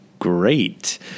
great